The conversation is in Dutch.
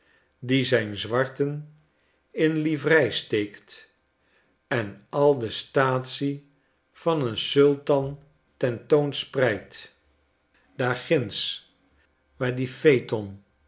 die zijn zwarten in livrei steekt en al de staatsie van een sultan ten toon spreidt daar ginds schetsen uit amerika waar die phaeton